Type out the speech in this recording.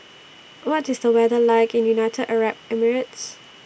What IS The weather like in United Arab Emirates